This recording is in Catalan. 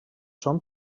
són